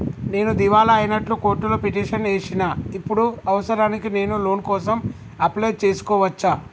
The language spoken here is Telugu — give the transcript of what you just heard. నేను దివాలా అయినట్లు కోర్టులో పిటిషన్ ఏశిన ఇప్పుడు అవసరానికి నేను లోన్ కోసం అప్లయ్ చేస్కోవచ్చా?